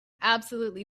absolutely